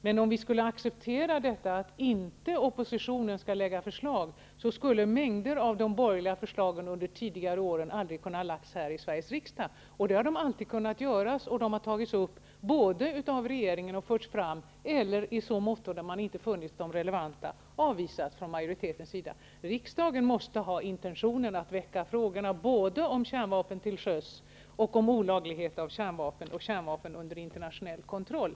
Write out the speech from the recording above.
Men om vi skulle acceptera att oppositionen inte skulle lägga fram förslag, skulle mängder av de bogerliga förslagen under tidigare år aldrig ha kunnat läggas fram i Sveriges riksdag. Så har alltid kunnat ske, och förslagen har antingen tagits upp av regeringen och förts fram eller avvisats från majoritetens sida, när man inte har funnit dem relevanta. Riksdagen måste ha intentionen att väcka frågorna om kärnvapen till sjöss, olagligheten av kärnvapen och om kärnvapen under internationell kontroll.